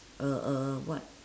uh uh what